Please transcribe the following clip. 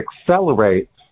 accelerates